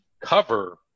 cover